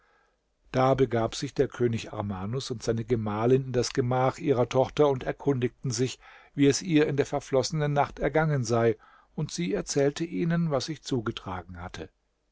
da begab sich der könig armanus und seine gemahlin in das gemach ihrer tochter und erkundigten sich wie es ihr in der verflossenen nacht ergangen sei und sie erzählte ihnen was sich zugetragen hatte